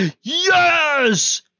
yes